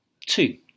two